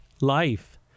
life